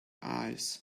eyes